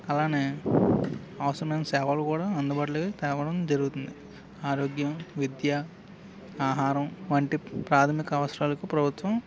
అలానే అవసరమైన సేవలు కూడా అందుబాటులోకి తేవడం జరుగుతుంది ఆరోగ్యం విద్య ఆహారం వంటి ప్రాథమిక అవసరాలకు ప్రభుత్వం